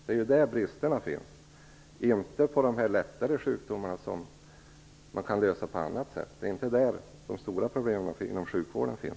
De stora problemen finns inte inom den lättare sjukvården. Där kan man lösa problemen på annat sätt.